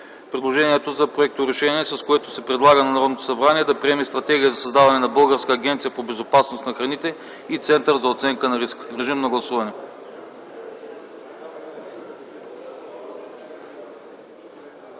предложението за проекторешение, с което се предлага на Народното събрание да приеме Стратегия за създаване на Българска агенция по безопасност на храните и Център за оценка на риска. Гласували